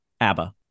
abba